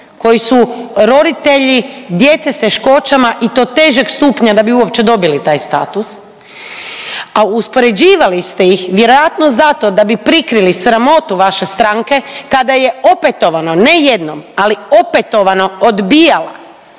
koji su roditelji djece sa teškoćama i to težeg stupnja da bi uopće dobili taj status, a uspoređivali ste ih vjerojatno zato da bi prikrili sramotu vaše stranke kada je opetovano, ne jednom, ali opetovano odbijala